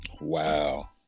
Wow